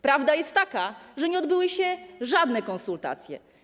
Prawda jest taka, że nie odbyły się żadne konsultacje.